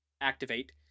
activate